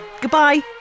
Goodbye